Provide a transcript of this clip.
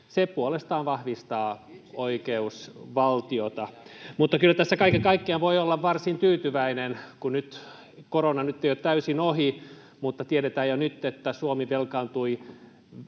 Se puolestaan vahvistaa oikeusvaltiota. Kyllä tässä kaiken kaikkiaan voi olla varsin tyytyväinen, kun korona nyt ei ole täysin ohi, mutta tiedetään jo nyt, että Suomi oli